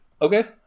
Okay